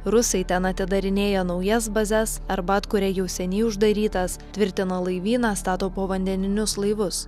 rusai ten atidarinėja naujas bazes arba atkuria jau seniai uždarytas tvirtina laivyną stato povandeninius laivus